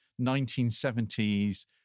1970s